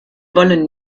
wollen